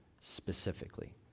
specifically